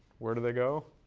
where do they go?